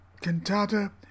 Cantata